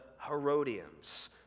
Herodians